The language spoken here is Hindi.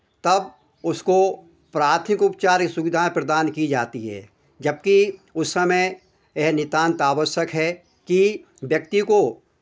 तब उसको प्राथमिक उपचार की सुविधाएँ प्रदान की जाती है जबकि उस समय यह नितांत आवश्यक है कि व्यक्ति को